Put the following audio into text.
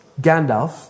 Gandalf